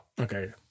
Okay